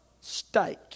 steak